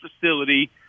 facility